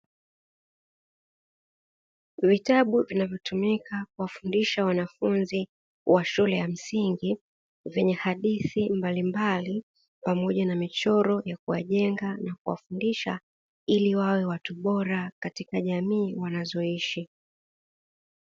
Vitabu vinavyotumika kuwafundisha wanafunzi wa shule ya msingi vyenye hadithi mbalimbali pamoja na michoro ya kuwajenga na kuwafundisha ili wawe watu bora katika jamii wanazoishi.